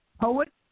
Poet